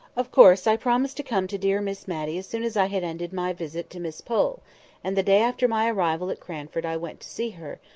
of course i promised to come to dear miss matty as soon as i had ended my visit to miss pole and the day after my arrival at cranford i went see her,